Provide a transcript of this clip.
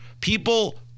People